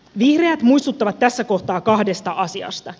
vihreät muistuttavat tässä kohtaa kahdesta asiasta